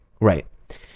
Right